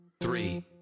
three